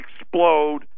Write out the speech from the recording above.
explode